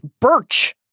Birch